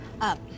Up